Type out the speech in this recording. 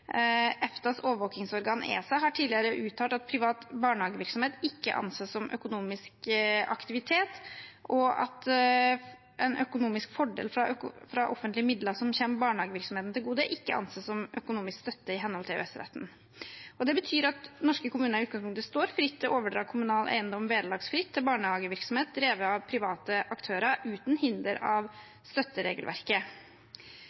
EFTAs overvåkingsorgan, ESA, har tidligere uttalt at privat barnehagevirksomhet ikke anses som økonomisk aktivitet, og at en økonomisk fordel fra offentlige midler som kommer barenehagevirksomheten til gode, ikke anses som økonomisk støtte i henhold til EØS-retten. Det betyr at norske kommuner i utgangspunktet står fritt til å overdra kommunal eiendom vederlagsfritt til barnehagevirksomhet drevet av private aktører uten hinder